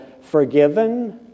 forgiven